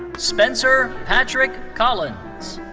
spencer patrick collins.